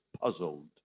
puzzled